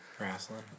Wrestling